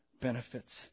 benefits